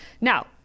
Now